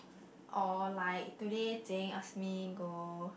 or like today Jenn ask me go